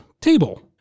table